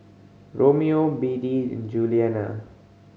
Romeo Beadie and Julianna